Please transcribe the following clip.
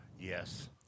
Yes